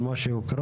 על מה שהוקרא?